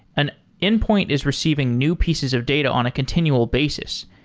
an endpoint is receiving new pieces of data on a continual basis.